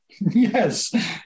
Yes